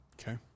okay